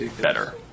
better